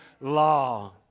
law